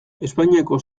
espainiako